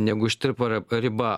negu ištirpo ri riba